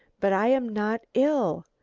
but i am not ill,